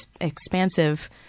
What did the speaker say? expansive